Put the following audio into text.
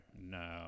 No